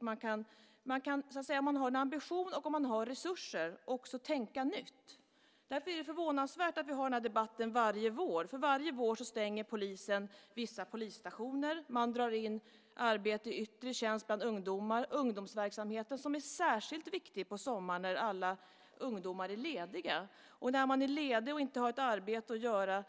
Man kan, om man har en ambition och om man har resurser, också tänka nytt. Därför är det förvånansvärt att vi har den här debatten varje vår. Varje vår stänger polisen vissa polisstationer. Man drar in arbete i yttre tjänst bland ungdomar, ungdomsverksamheten, som är särskilt viktig på sommaren när alla ungdomar är lediga. När man är ledig och inte har ett arbete att göra